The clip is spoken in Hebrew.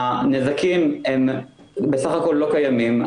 הנזקים לא קיימים,